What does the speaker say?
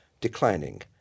declining